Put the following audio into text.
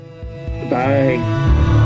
bye